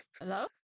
Hello